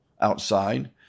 outside